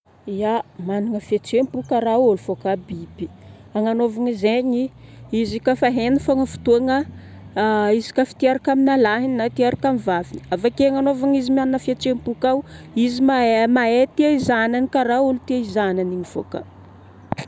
Ya, managna fietsempo kara olo fô ka biby. Agnanovagna zegny izy ka fa hainy fogna fotoagna, izy ka fa tiaraka amina lahiny na tiaraka amina vavy avake agnanovagna izy managna fietsempo ka o, izy mahai, mahai tia zanany karaha ôlo tia zanany igny fo ka